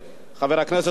מי שהיה שר האוצר,